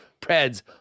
Preds